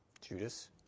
Judas